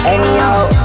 Anyhow